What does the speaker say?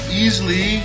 easily